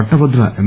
పట్టభద్రుల ఎమ్